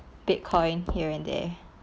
Bitcoin here and there